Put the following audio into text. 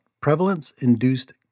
prevalence-induced